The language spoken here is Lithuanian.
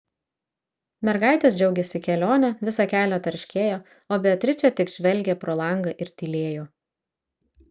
mergaitės džiaugėsi kelione visą kelią tarškėjo o beatričė tik žvelgė pro langą ir tylėjo